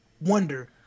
wonder